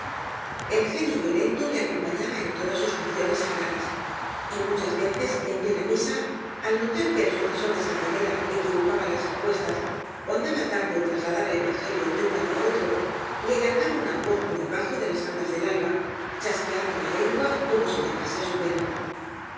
el genio violento le acompañaba en todas sus funciones sagradas y muchas veces en plena misa al notar que el bucesor de sangonera equivocaba las respuestas ó andaba tardo en trasladar el evangelio de un lado á otro le largaba una coz por debajo de las ran das del alba chasqueando la lengua como si lia mase á su perro